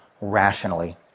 rationally